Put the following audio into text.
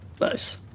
Nice